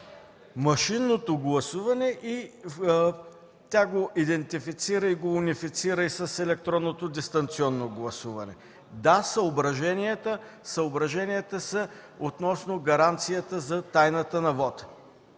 машинното гласуване и как го идентифицира и унифицира и с електронното дистанционно гласуване. Да, съображенията са относно гаранцията за тайната на вота.